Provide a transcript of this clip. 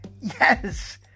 Yes